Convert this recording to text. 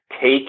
take